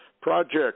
Project